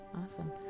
Awesome